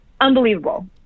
unbelievable